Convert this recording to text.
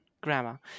grammar